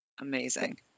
Amazing